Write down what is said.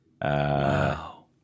Wow